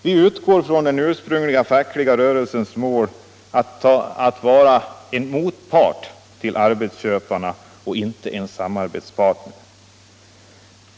Vi utgår ifrån den ursprungliga fackliga rörelsens mål att vara arbetsköparnas motpart och inte samarbetspartner.